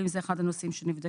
והאם זה אחד הנושאים שנבדקו?